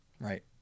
Right